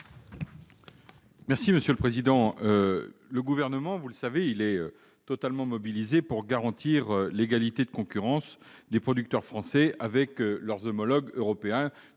du Gouvernement ? Le Gouvernement, vous le savez, est totalement mobilisé pour garantir l'égalité de concurrence entre les producteurs français et leurs homologues européens.